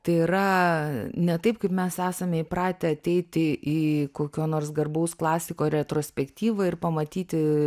tai yra ne taip kaip mes esame įpratę ateiti į kokio nors garbaus klasiko retrospektyvą ir pamatyti